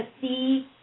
see